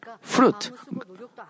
fruit